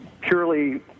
purely